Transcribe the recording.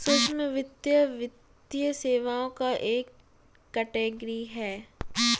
सूक्ष्म वित्त, वित्तीय सेवाओं का एक कैटेगरी है